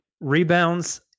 rebounds